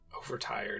overtired